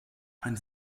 ein